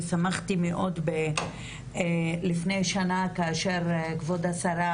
אני שמחתי מאוד לפני שנה כאשר כבוד השרה